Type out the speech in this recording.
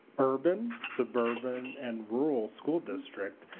urban, suburban, and rural school district.